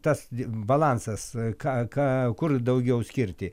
tas balansas ką ką kur daugiau skirti